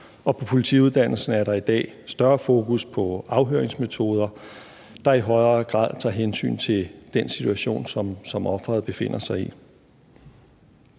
på politiuddannelsen er der i dag større fokus på afhøringsmetoder, der i højere grad tager hensyn til den situation, som offeret befinder sig i.